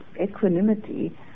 equanimity